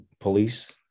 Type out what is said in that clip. police